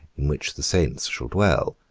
in which the saints shall dwell,